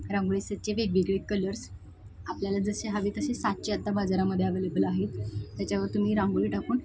रांगोळीसचे वेगवेगळे कलर्स आपल्याला जसे हवे तसे साचे आत्ता बाजारामध्ये अवेलेबल आहेत त्याच्यावर तुम्ही रांगोळी टाकून